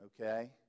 Okay